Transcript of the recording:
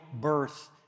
birth